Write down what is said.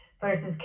versus